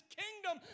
kingdom